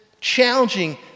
challenging